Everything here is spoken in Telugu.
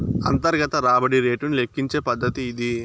అంతర్గత రాబడి రేటును లెక్కించే పద్దతి ఇది